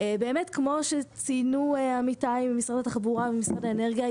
כמו שציינו עמיתיי ממשרד התחבורה וממשרד האנרגיה,